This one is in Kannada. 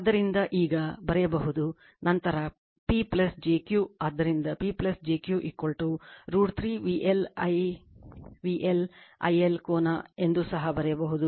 ಆದ್ದರಿಂದ ಈಗ ಬರೆಯಬಹುದು ನಂತರ P jQ ಆದ್ದರಿಂದ P jQ √ 3 VL I VL I L ಕೋನ ಎಂದು ಸಹ ಬರೆಯಬಹುದು